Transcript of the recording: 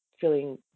feeling